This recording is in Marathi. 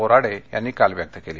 बोराडे यांनी काल व्यक्त केली